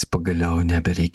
pagaliau nebereikia